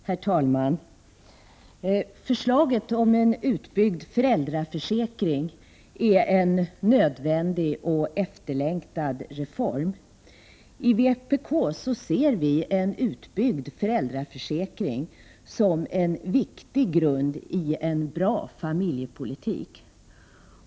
Herr talman! Förslaget om en utbyggd föräldraförsäkring skulle, om det förverkligades, vara en nödvändig och efterlängtad reform. Vi i vpk ser en utbyggd föräldraförsäkring som en viktig grund för en bra familjepolitik.